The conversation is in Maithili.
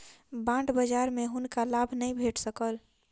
बांड बजार में हुनका लाभ नै भेट सकल